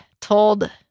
told